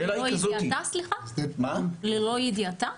ללא ידיעתה?